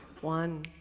one